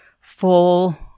full